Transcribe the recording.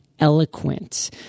eloquent